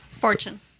fortune